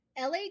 LA